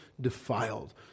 defiled